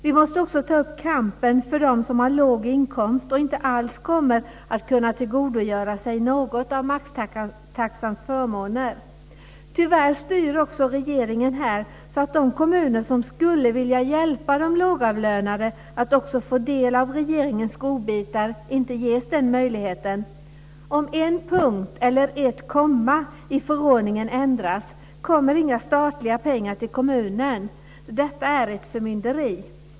Vi måste också ta upp kampen för dem som har låg inkomst och inte alls kommer att kunna tillgodogöra sig något av maxtaxans förmåner. Tyvärr styr också regeringen i det här avseendet, så att de kommuner som skulle vilja hjälpa de lågavlönade att få del av regeringens godbitar inte ges den möjligheten. Om en punkt eller ett komma i förordningen ändras kommer inga statliga pengar till kommunen. Detta är ett förmynderi.